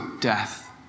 death